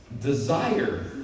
desire